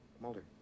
Mulder